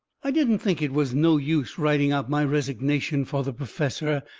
i didn't think it was no use writing out my resignation fur the perfessor.